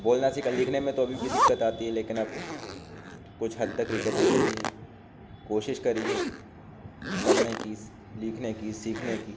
بولنا سیکھا لکھنے میں تو ابھی بھی دقت آتی ہے لیکن اب کچھ حد تک ریکوری کری ہے کوشش کری ہے پڑھنے کی لکھنے کی سیکھنے کی